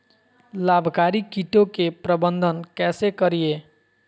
लाभकारी कीटों के प्रबंधन कैसे करीये?